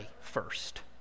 first